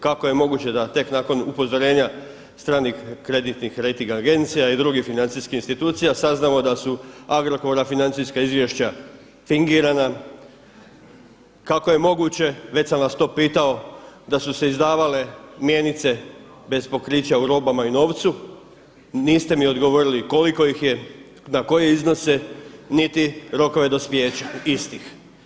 Kako je moguće da tek nakon upozorenja stranih kreditnih rejting agencija i drugih financijskih institucija saznamo da su Agrokorova financijska izvješća fingirana, kako je moguće, već sam vas to pitao, da su se izdavale mjenice bez pokrića u robama i novcu, niste mi ogovorili koliko ih je, na koje iznose niti rokove dospijeća istih.